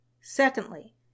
Secondly